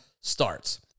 starts